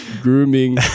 grooming